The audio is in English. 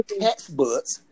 textbooks